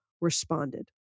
responded